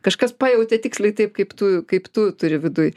kažkas pajautė tiksliai taip kaip tu kaip tu turi viduj